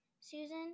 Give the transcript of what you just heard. Susan